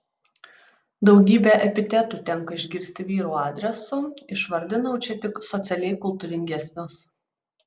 daugybę epitetų tenka išgirsti vyrų adresu išvardinau čia tik socialiai kultūringesnius